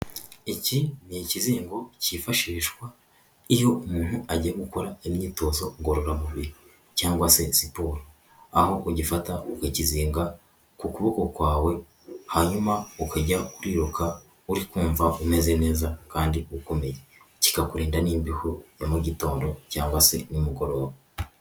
Iki ni ikizingo kifashishwa iyo umuntu agiye gukora imyitozo ngororamubiri cyangwa se siporo, aho ugifata ukakizinga ku kuboko kwawe, hanyuma ukajya uriruka uri kumva umeze neza kandi ukomeye, kikakurinda n'imbeho ya mu gitondo cyangwa se nimugoroba.